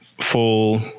full